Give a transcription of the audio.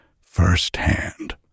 firsthand